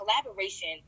collaboration